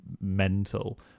mental